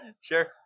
Sure